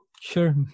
Sure